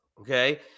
Okay